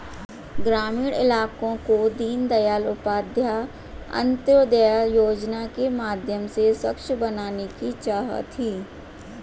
ग्रामीण इलाकों को दीनदयाल उपाध्याय अंत्योदय योजना के माध्यम से स्वच्छ बनाने की चाह थी